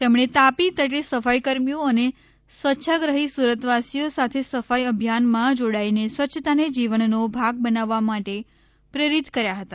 તેમણે તાપી તટે સફાઈકર્મીઓ અને સ્વચ્છાગ્રહી સુરતવાસીઓ સાથે સફાઈ અભિયાનમાં જોડાઈને સ્વચ્છતાને જીવનનો ભાગ બનાવવા માટે પ્રેરિત કર્યા હતા